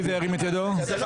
3. מי